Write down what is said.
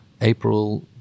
april